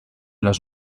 los